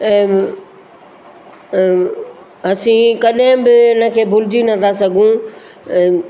ऐं असीं कॾहिं बि हिनखे भुलिजी नथा सघूं